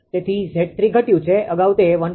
તેથી 𝑍3 ઘટ્યું છે અગાઉ તે 1